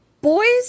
boys